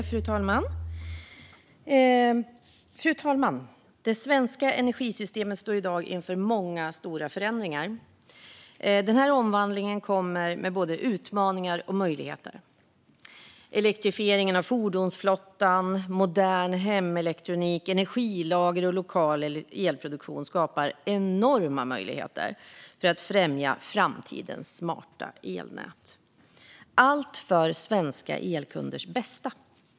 Fru talman! Det svenska energisystemet står i dag inför många stora förändringar. Omvandlingen kommer med både utmaningar och möjligheter. Elektrifieringen av fordonsflottan, modern hemelektronik, energilager och lokal elproduktion skapar enorma möjligheter för att främja framtidens smarta elnät, allt för svenska elkunders bästa.